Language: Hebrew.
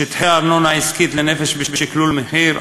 שטחי ארנונה עסקית לנפש בשקלול מחיר,